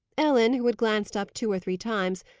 ellen, who had glanced up two or three times,